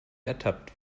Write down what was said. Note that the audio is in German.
ertappt